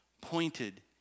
pointed